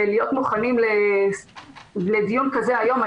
להיות מוכנים לדיון כזה היום,